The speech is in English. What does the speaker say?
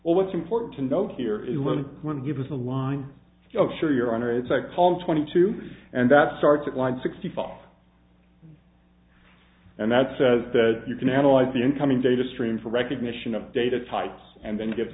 well what's important to note here is learn when give us a line of sure your honor it's a call twenty two and that starts at line sixty five and that says that you can analyze the incoming data stream for recognition of data types and then give